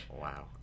Wow